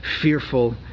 fearful